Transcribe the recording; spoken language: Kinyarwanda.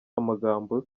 amagambo